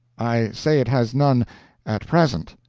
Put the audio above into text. i say it has none at present.